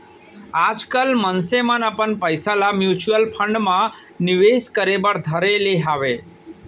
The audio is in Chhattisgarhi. आजकल मनसे मन अपन पइसा ल म्युचुअल फंड म निवेस करे बर धर ले हवय